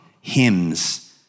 hymns